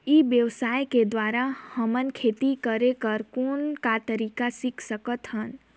ई व्यवसाय के द्वारा हमन खेती करे कर कौन का तरीका सीख सकत हन?